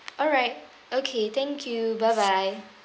alright okay thank you bye bye